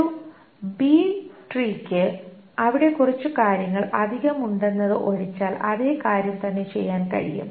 ഒരു ബി ട്രീയ്ക്ക് അവിടെ കുറച്ച് കാര്യങ്ങൾ അധികം ഉണ്ടെന്നത് ഒഴിച്ചാൽ അതേ കാര്യം തന്നെ ചെയ്യാൻ കഴിയും